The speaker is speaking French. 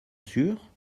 sûre